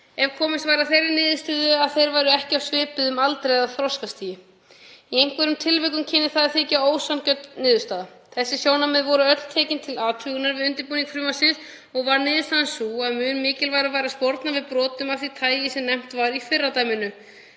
ef komist er að þeirri niðurstöðu að þeir séu ekki á svipuðum aldri og þroskastigi. Í einhverjum tilvikum kynni það að þykja ósanngjörn niðurstaða. Þessi sjónarmið voru öll tekin til athugunar við undirbúning frumvarpsins. Varð niðurstaðan sú að mun mikilvægara væri að sporna við brotum af því tagi sem nefnt var í fyrra dæminu.